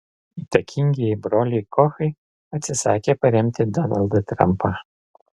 įtakingieji broliai kochai atsisakė paremti donaldą trumpą